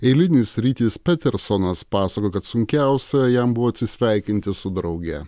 eilinis rytis petersonas pasakojo kad sunkiausia jam buvo atsisveikinti su drauge